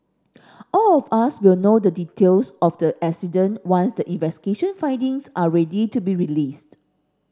all of us will know the details of the accident once the investigation findings are ready to be released